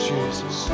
Jesus